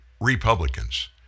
Republicans